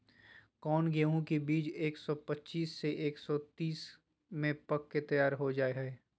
कौन गेंहू के बीज एक सौ पच्चीस से एक सौ तीस दिन में पक के तैयार हो जा हाय?